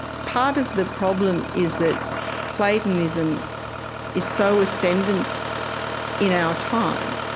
part of the problem is that platonism is so ascendant in our time.